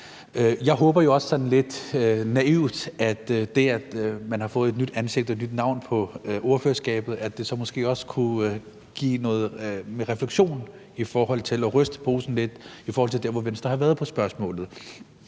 Jeg håber jo også sådan lidt naivt, at det, at man har fået et nyt ansigt og et nyt navn på ordførerskabet, måske også kunne give noget refleksion i forhold til at ryste posen lidt, i forhold til hvor Venstre har været på spørgsmålet.